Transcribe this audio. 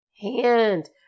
hand